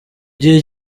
gihe